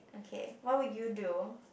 okay what would you do